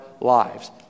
lives